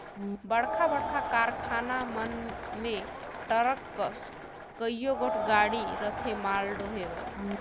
बड़खा बड़खा कारखाना मन में टरक कस कइयो गोट गाड़ी रहथें माल डोहे बर